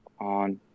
on